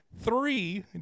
three